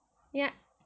ya